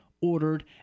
ordered